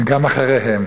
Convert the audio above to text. וגם אחריה.